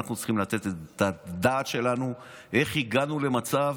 אנחנו צריכים לתת את הדעת שלנו איך הגענו למצב